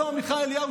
אותו עמיחי אליהו,